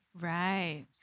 right